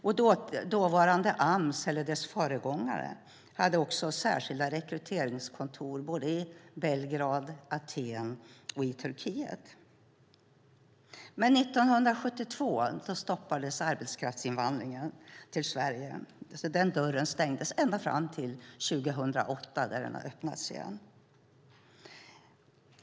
Föregångaren till Ams hade särskilda rekryteringskontor i Belgrad, Aten och Turkiet. År 1972 stoppades arbetskraftsinvandringen till Sverige, och den dörren var stängd ända fram till 2008 då den öppnades igen.